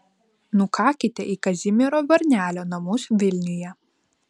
nukakite į kazimiero varnelio namus vilniuje